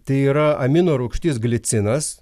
tai yra amino rūgštis glicinas